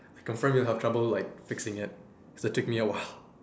I confirm you have trouble like fixing it cause it took me a while